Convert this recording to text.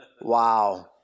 Wow